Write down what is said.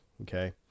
okay